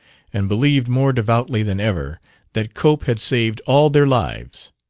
and believed more devoutly than ever that cope had saved all their lives.